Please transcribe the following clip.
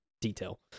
detail